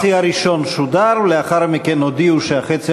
החצי הראשון שודר ולאחר מכן הודיעו שהחצי